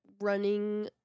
running